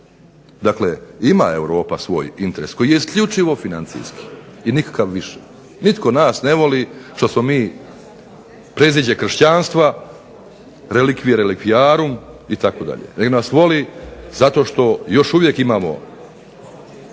Dakle, ima Europa svoj interes koji je isključivo financijski i ništa više. Nitko nas ne voli zato što smo preziđe kršćanstva, relikvijarum, nego nas voli zato što još uvijek imamo